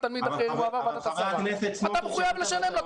תלמיד אחר --- אתה מחוייב לשלם לו,